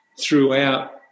throughout